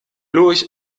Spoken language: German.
lurch